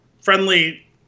friendly